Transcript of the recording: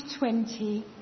20